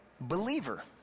Believer